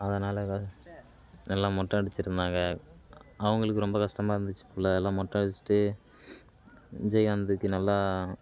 அதனால் வெ எல்லாம் மொட்டை அடிச்சுருந்தாங்க அவங்களுக்கு ரொம்ப கஷ்டமாக இருந்துச்சு போல் எல்லாம் மொட்டை அடிச்சுட்டு விஜயகாந்துக்கு நல்லா